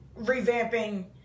revamping